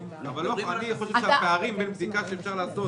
אבל אני חושב שהפערים בין בדיקה שאפשר לעשות